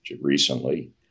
recently